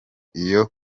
iyo